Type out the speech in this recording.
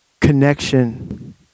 connection